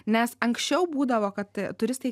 nes anksčiau būdavo kad turistai